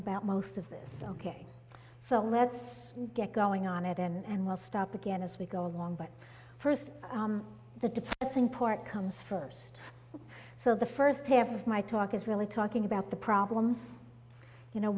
about most of this ok so let's get going on it and we'll stop again as we go along but first the depressing part comes first so the first half of my talk is really talking about the problems you know